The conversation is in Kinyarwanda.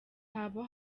haba